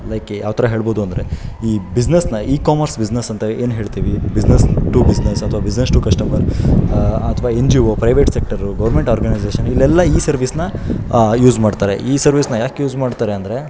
like ಯಾವ ಥರ ಹೇಳ್ಬೋದು ಅಂದರೆ ಈ ಬಿಸ್ನೆಸ್ನ ಈ ಕಾಮರ್ಸ್ ಬಿಸ್ನೆಸ್ ಅಂತ ಏನು ಹೇಳ್ತೀವಿ ಬಿಸ್ನೆಸ್ ಟು ಬಿಸ್ನೆಸ್ ಅಥ್ವಾ ಬಿಸ್ನೆಸ್ ಟು ಕಸ್ಟಮರ್ ಅಥ್ವಾ N G O private sector government organization ಇಲ್ಲೆಲ್ಲ ಈ ಸರ್ವಿಸ್ನ ಯೂಸ್ ಮಾಡ್ತಾರೆ ಈ ಸರ್ವಿಸ್ನ ಯಾಕೆ ಯೂಸ್ ಮಾಡ್ತಾರೆ ಅಂದರೆ